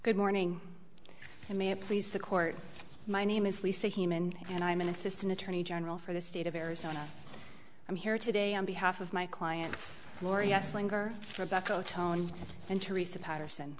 good morning to may it please the court my name is lisa human and i'm an assistant attorney general for the state of arizona i'm here today on behalf of my clients lori s linger for buckle tone and teresa patterson